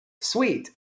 sweet